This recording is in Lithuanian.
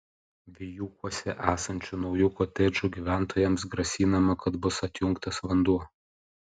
vijūkuose esančių naujų kotedžų gyventojams grasinama kad bus atjungtas vanduo